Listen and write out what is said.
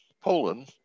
Poland